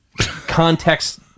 context